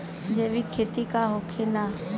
जैविक खेती का होखेला?